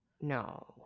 no